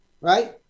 right